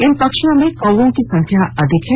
इन पक्षियों में कौओं की संख्या सर्वाधिक है